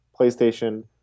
PlayStation